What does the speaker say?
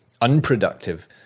unproductive